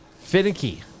Finicky